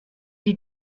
sie